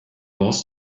was